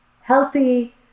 healthy